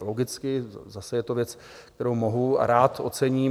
Logicky, zase je to věc, kterou mohu a rád ocením.